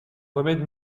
remède